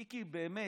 מיקי לו, באמת,